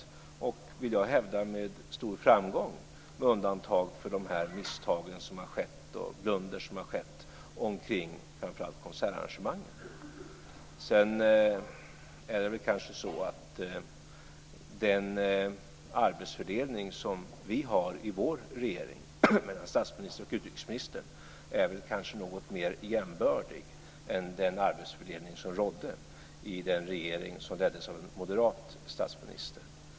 Jag vill hävda att det i det här fallet har gjorts med stor framgång, med undantag för de misstag och blundrar som skedde omkring framför allt konsertarrangemangen. Den arbetsfördelning som vi har i vår regering mellan statsministern och utrikesministern kanske också är något mer jämbördig än den arbetsfördelning som rådde i den regering som leddes av en moderat statsminister.